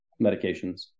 medications